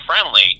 friendly